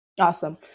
Awesome